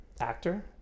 Actor